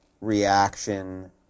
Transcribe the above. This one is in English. reaction